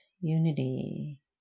unity